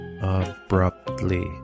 abruptly